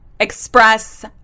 Express